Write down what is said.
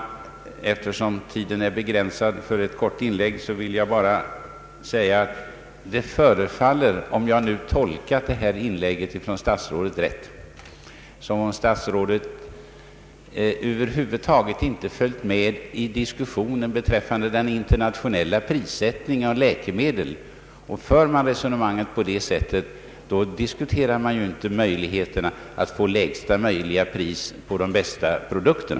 Eftersom tiden är begränsad för ett kort inlägg vill jag bara sluta med att säga, att om jag tolkat detta statsrådets inlägg rätt förefaller det som om statsrådet över huvud taget inte följt med i diskussionen rörande den internationella prissättningen på läkemedel. Om man resonerar på det sättet, diskuterar man ju inte möjligheterna att få lägsta möjliga pris på de bästa produkterna.